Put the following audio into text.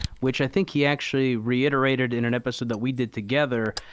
which i think he actually reiterated in an episode that we did together,